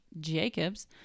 Jacobs